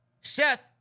Seth